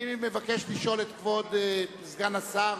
אני מבקש לשאול את כבוד סגן השר